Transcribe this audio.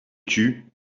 tut